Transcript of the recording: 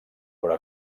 però